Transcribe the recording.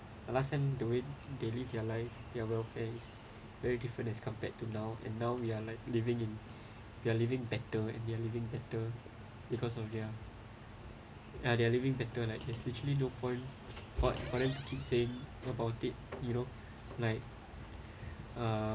the last time the way they live their life their welfares very different as compared to now and now we are like living in we're living better and they are living better because of their uh they're living better that case literally no point for for for them to say about it you know like uh